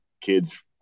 kids